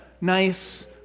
nice